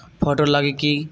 Photo लगी कि?